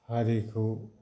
हारिखौ